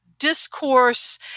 discourse